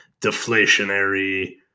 deflationary